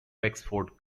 wexford